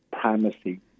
primacy